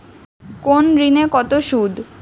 কোন ঋণে কত সুদ?